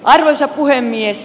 arvoisa puhemies